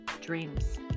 dreams